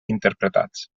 interpretats